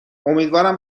امیدوارم